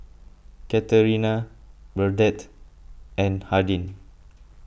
Katarina Burdette and Hardin